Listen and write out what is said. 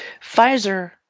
pfizer